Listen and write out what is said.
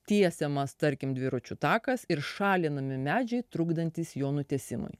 tiesiamas tarkim dviračių takas ir šalinami medžiai trukdantys jo nutiesimui